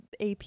AP